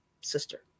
sister